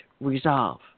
Resolve